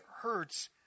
hurts